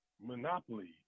Monopoly